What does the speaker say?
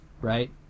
right